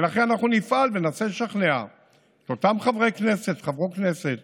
ולכן אנחנו נפעל וננסה לשכנע את אותם חברי כנסת וחברות כנסת